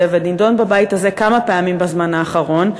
ונדון בבית הזה כמה פעמים בזמן האחרון,